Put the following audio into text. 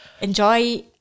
enjoy